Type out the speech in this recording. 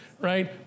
Right